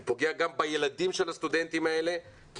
הוא פוגע גם בילדים של הסטודנטים האלה כי